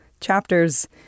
chapters